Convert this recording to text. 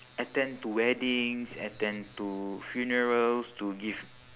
attend to weddings attend to funerals to give